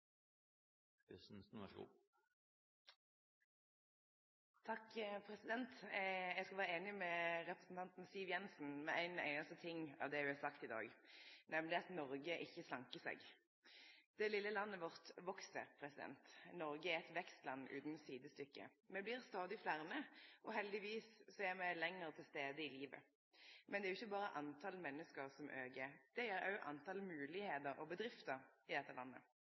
Eg skal vere einig med representanten Siv Jensen i ein einaste ting av det ho har sagt i dag, nemleg at Noreg ikkje slankar seg. Det lille landet vårt veks. Noreg er eit vekstland utan sidestykke. Me blir stadig fleire, og heldigvis er me lenger til stades i livet. Men det er jo ikkje berre talet på menneske som aukar, det er òg talet på moglegheiter og bedrifter i dette landet.